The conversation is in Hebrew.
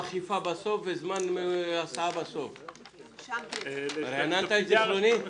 11. "תפקידי הרשות המקומית 1. רשות מקומית